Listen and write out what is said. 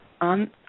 On